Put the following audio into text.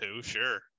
sure